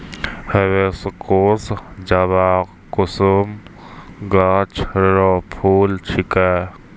hibiscus जवाकुसुम गाछ रो फूल छिकै